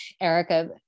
Erica